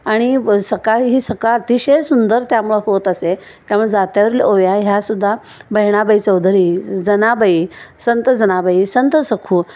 आणि सकाळी ही सकाळ अतिशय सुंदर त्यामुळं होत असे त्यामुळे जातीवरील ओव्या ह्या सुुद्धा बहिणाबाई चौधरी जनाबाई संत जनाबाई संतसखू